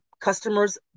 customers